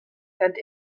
and